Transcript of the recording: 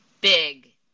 big